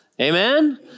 Amen